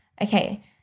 okay